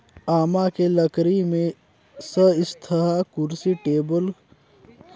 आमा के लकरी में सस्तहा कुरसी, टेबुल, खिलउना, पेकिंग, बक्सा बनाल जाथे